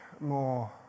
more